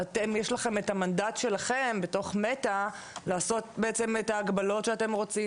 אתם יש לכם את המנדט שלכם בתוך "מטא" לעשות בעצם את ההגבלות שאתם רוצים,